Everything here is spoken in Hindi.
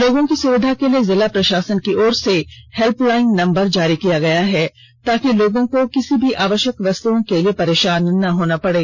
लोगों की सुविधा के लिए जिला प्रषासन की ओर से हेल्पलाइन नम्बर जारी किया गया है ताकि लोगों को किसी भी आवष्यक वस्तुओं के लिए परेषान न होना पड़े